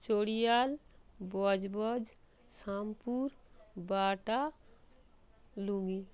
Chariyal Budge Budge Shampur Bata lungi